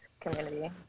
community